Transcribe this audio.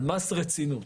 על מס רצינות,